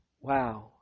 wow